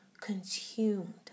consumed